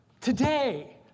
today